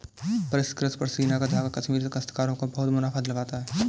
परिष्कृत पशमीना का धागा कश्मीरी काश्तकारों को बहुत मुनाफा दिलवाता है